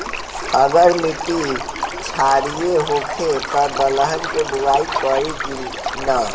अगर मिट्टी क्षारीय होखे त दलहन के बुआई करी की न?